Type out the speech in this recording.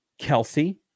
Kelsey